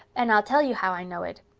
and i'll tell you how i know it.